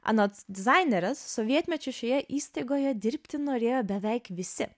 anot dizainerės sovietmečiu šioje įstaigoje dirbti norėjo beveik visi